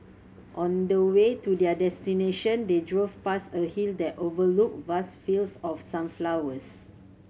on the way to their destination they drove past a hill that overlooked vast fields of sunflowers